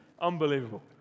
Unbelievable